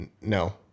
no